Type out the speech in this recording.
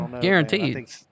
Guaranteed